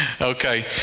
Okay